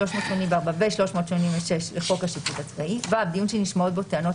384 ו-386 לחוק השיפוט הצבאי; (ו) דיון שנשמעות בו טענות